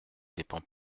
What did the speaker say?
dépend